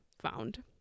found